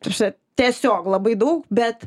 ta prasme tiesiog labai daug bet